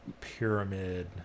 Pyramid